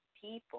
people